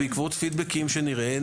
בעקבות פידבקים שנראה,